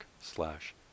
slash